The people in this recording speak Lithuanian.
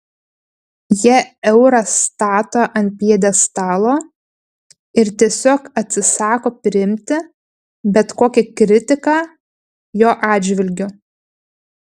jie eurą stato ant pjedestalo ir tiesiog atsisako priimti bet kokią kritiką jo atžvilgiu